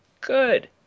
good